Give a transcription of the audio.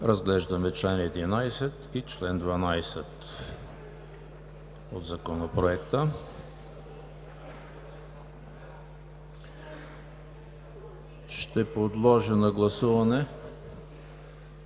Разглеждаме чл. 11 и чл. 12 от Законопроекта. Ще подложа на гласуване